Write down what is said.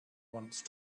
once